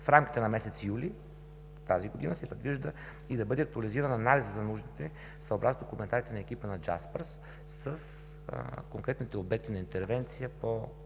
В рамките на месец юли тази година се предвижда и да бъде актуализиран анализът за нуждите съобразно коментарите на екипа на „Джаспърс“ с конкретните обекти на интервенция по